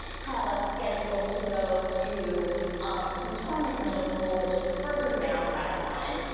have a schedule to go to um potomac middle school, which is further down route one.